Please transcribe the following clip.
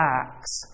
acts